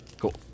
Cool